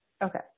Okay